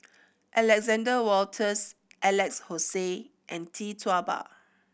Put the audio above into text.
Alexander Wolters Alex Josey and Tee Tua Ba